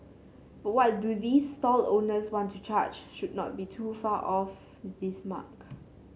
but what do these stall owners want to charge should not be too far off this mark